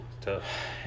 tough